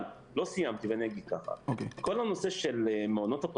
אבל כל הנושא של המעונות,